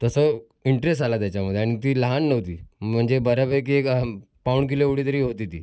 तसं इंटरेस आला त्याच्यामध्ये आणि ती लहान नव्हती म्हणजे बऱ्यापैकी एक पाऊण किलो एवढी तरी होती ती